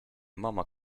mama